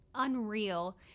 unreal